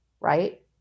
right